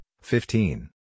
fifteen